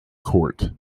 court